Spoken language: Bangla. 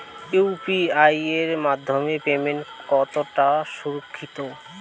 ইউ.পি.আই এর মাধ্যমে পেমেন্ট কতটা সুরক্ষিত?